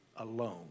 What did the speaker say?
alone